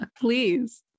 Please